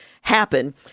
happen